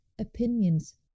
opinions